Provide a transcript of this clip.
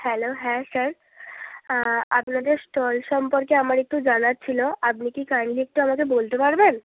hello হ্যাঁ sir আপনাদের stall সম্পর্কে আমার একটু জানার ছিল আপনি কি কাইন্ডলি একটু আমাকে বলতে পারবেন